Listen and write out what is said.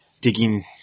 digging